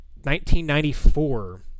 1994